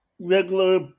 regular